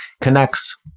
connects